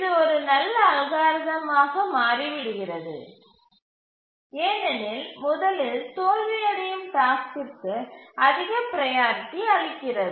இது ஒரு நல்ல அல்காரிதமாக மாறிவிடுகிறது ஏனெனில் முதலில் தோல்வியடையும் டாஸ்க்கிற்கு அதிக ப்ரையாரிட்டி அளிக்கிறது